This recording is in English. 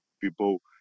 people